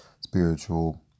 spiritual